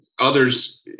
others